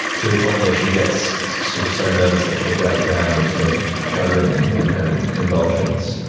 to the point where she gets sort of so nervous that she'll break down into shuddering and and having convulsions.